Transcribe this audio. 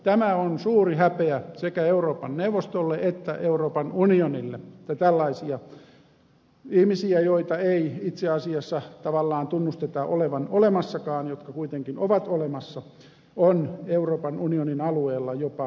tämä on suuri häpeä sekä euroopan neuvostolle että euroopan unionille että tällaisia ihmisiä joita ei itse asiassa tavallaan tunnusteta olevan olemassakaan jotka kuitenkin ovat olemassa on euroopan unionin alueella jopa miljoonamäärin